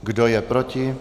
Kdo je proti?